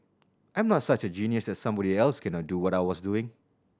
I'm not such a genius that somebody else cannot do what I was doing